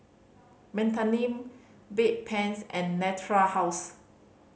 Betadine Bedpans and Natura House